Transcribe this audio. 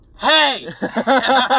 Hey